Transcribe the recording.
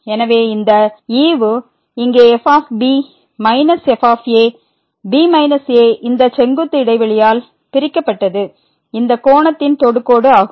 எனவே இந்த ஈவு இங்கே f minus f b a இந்த செங்குத்து இடைவெளியால் பிரிக்கப்பட்டது இந்த கோணத்தின் தொடுகோடு ஆகும்